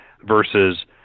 versus